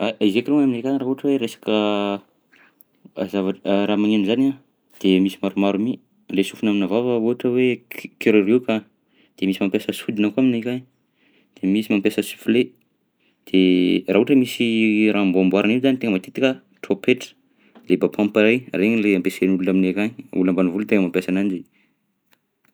Izy eka alohany aminay akagny raha ohatra hoe resaka zavatr- raha magneno izany de misy maromaro mi, le sofina aminà vava ohatra hoe ki- kiririoka, de misy mampiasa sodina koa aminay akagny, de misy mampiasa sifle, de raha ohatra misy raha amboamboarina io zany tegna matetika trompetra, le bapampa regny, regny lay ampiasain'olona aminay akagny, olo ambanivolo tegna mampiasa ananjy.